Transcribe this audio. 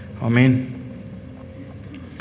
amen